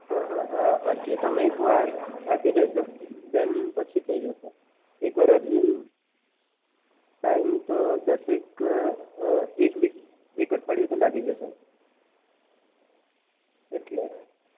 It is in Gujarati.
હ હ અરજી તમે એકવાર આપી દેશો ધેન પછી થઈ જશે એકવાર અરજી સાઇન તો દશેક એક વીક એક અઠવાડિયુ તો લાગી જશે એટલે